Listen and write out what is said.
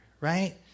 right